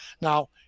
Now